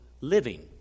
living